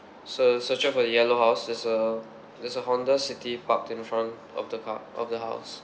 so search out for the yellow house there's a there's a Honda civic parked in front of the car of the house